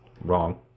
wrong